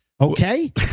Okay